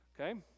okay